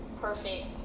perfect